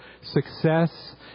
success